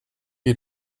you